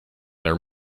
are